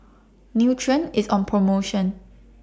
Nutren IS on promotion